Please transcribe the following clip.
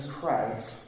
Christ